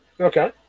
Okay